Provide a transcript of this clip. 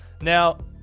now